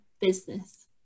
business